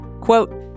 Quote